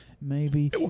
Maybe-